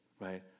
right